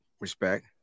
Respect